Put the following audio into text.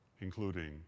including